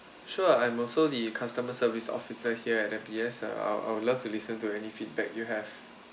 sure I'm also the customer service officer here at M B S uh I would love to listen to any feedback you have